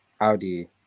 Audi